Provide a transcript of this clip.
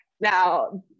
Now